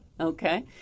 okay